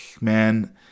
man